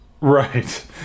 Right